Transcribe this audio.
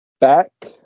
back